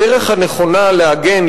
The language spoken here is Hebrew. הדרך הנכונה להגן,